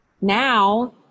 now